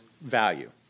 value